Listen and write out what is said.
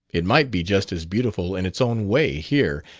it might be just as beautiful in its own way, here,